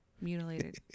Mutilated